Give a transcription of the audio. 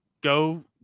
go